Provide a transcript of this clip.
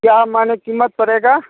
क्या माने कीमत पड़ेगा